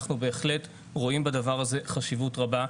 אנחנו בהחלט רואים בדבר הזה חשיבות רבה.